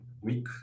weak